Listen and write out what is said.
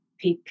pick